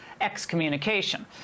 excommunication